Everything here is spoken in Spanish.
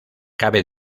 cabe